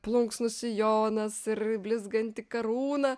plunksnų sijonas ir blizganti karūna